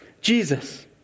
Jesus